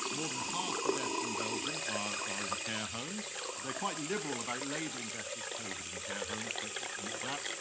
more than half the deaths in belgium are are in care homes. they're quite liberal about labeling deaths as covid nineteen in care homes, but that,